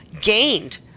gained